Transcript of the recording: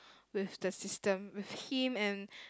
with the system with him and